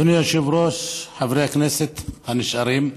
אדוני היושב-ראש, חברי הכנסת הנשארים,